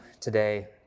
today